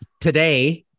today